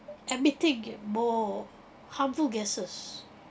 emitting more harmful gases